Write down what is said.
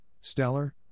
Stellar